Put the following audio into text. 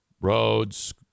roads